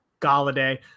Galladay